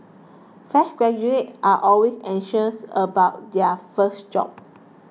fresh graduates are always anxious about their first job